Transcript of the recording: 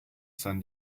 san